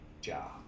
job